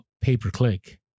pay-per-click